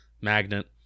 Magnet